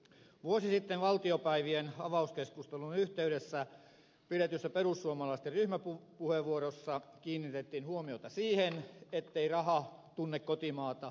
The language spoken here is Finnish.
vuosi sitten valtiopäivien avauskeskustelun yhteydessä pidetyssä perussuomalaisten ryhmäpuheenvuorossa kiinnitettiin huomiota siihen ettei raha tunne kotimaata eikä vastuuta